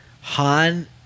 Han